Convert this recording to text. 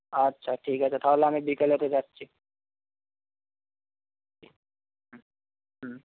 আচ্ছা ঠিক আছে তাহলে আমি বিকেলেতে যাচ্ছি হুম হুম